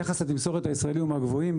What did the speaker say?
יחס התמסורת הישראלי הוא מהגבוהים,